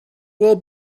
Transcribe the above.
will